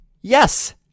Yes